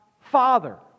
Father